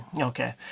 Okay